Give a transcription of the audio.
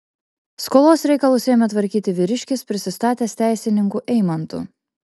skolos reikalus ėmė tvarkyti vyriškis prisistatęs teisininku eimantu